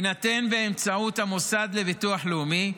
ב-7 באוקטובר יינתן באמצעות המוסד לביטוח לאומי,